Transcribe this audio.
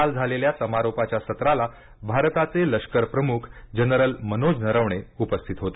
काल झालेल्या समारोपाच्या सत्राला भारताचे लष्कर प्रमुख जनरल मनोज नरवणे उपस्थित होते